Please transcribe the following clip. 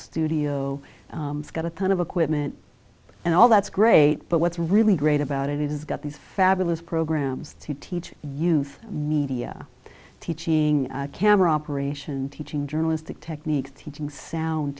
studio got a ton of equipment and all that's great but what's really great about it is got these fabulous programs to teach you media teaching camera operation teaching journalistic techniques teaching sound